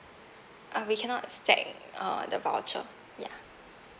uh we cannot stack uh the voucher ya